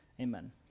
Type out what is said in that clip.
Amen